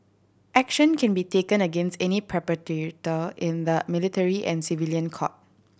action can be taken against any in the military and civilian court